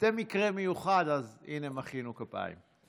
אתם מקרה מיוחד, אז הינה, מחאנו כפיים.